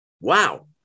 Wow